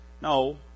No